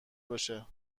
باشه